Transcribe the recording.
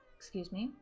excuse me,